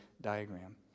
diagram